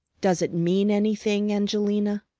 does it mean anything, angelina?